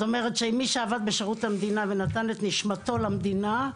זאת אומרת שמי שעבד בשירות המדינה ונתן את נשמתו למדינה,